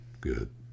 Good